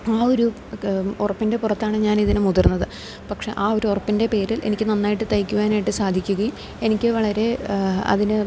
ആ ഒരു ഉറപ്പിൻ്റെ പുറത്താണ് ഞാൻ ഇതിന് മുതിർന്നത് പക്ഷേ ആ ഒരു ഉറപ്പിൻ്റെ പേരിൽ എനിക്ക് നന്നായിട്ട് തയ്ക്കുവാനായിട്ട് സാധിക്കുകയും എനിക്ക് വളരെ അതിന്